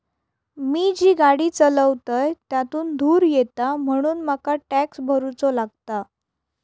मी जी गाडी चालवतय त्यातुन धुर येता म्हणून मका टॅक्स भरुचो लागता